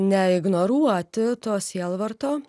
ne ignoruoti to sielvarto